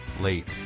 late